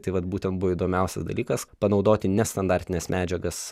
tai vat būtent buvo įdomiausias dalykas panaudoti nestandartines medžiagas